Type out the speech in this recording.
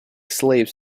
slaves